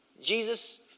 Jesus